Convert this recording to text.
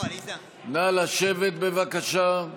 נא לשבת, בבקשה.